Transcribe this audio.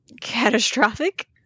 catastrophic